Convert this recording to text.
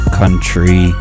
country